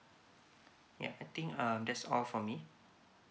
yeah I think um that's all from me